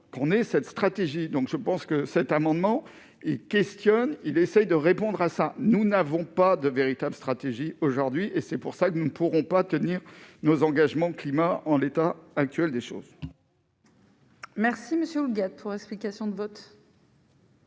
qu'on ait cette stratégie, donc je pense que cet amendement et questionne, il essaye de répondre à ça, nous n'avons pas de véritables stratégies aujourd'hui et c'est pour ça que nous ne pourrons pas tenir nos engagements climat en l'état actuel des choses. Merci monsieur le pour explication de vote.